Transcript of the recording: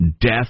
Death